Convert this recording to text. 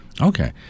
Okay